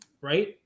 right